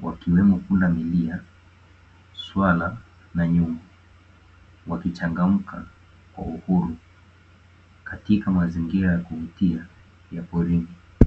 wakiwemo; pundamilia, swala na nyumbu, wakichangamka kwa uhuru katika mazingira ya kuvutia ya porini.